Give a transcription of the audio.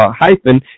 hyphen